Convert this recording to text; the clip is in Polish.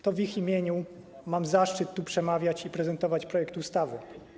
To w ich imieniu mam zaszczyt tu przemawiać i prezentować projekt ustawy.